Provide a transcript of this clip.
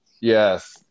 Yes